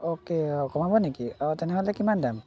okay কমাব নেকি অঁ তেনেহ'লে কিমান দাম